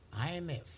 IMF